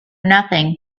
nothing